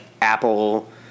Apple